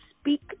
Speak